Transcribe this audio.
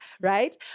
right